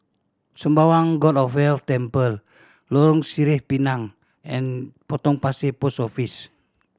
Sembawang God of Wealth Temple Lorong Sireh Pinang and Potong Pasir Post Office